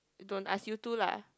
don't ask you to lah